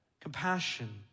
compassion